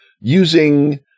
using